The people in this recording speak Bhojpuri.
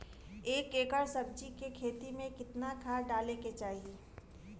एक एकड़ सब्जी के खेती में कितना खाद डाले के चाही?